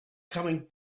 coming